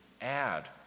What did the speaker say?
add